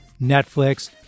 Netflix